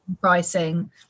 pricing